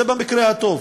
זה במקרה הטוב.